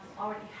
already